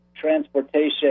transportation